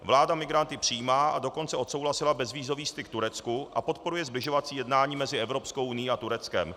Vláda migranty přijímá, a dokonce odsouhlasila bezvízový styk Turecku a podporuje sbližovací jednání mezi Evropskou unií a Tureckem.